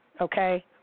okay